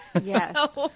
Yes